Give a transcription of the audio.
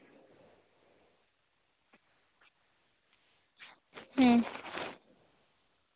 ᱦᱩᱸ